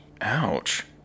Ouch